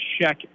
check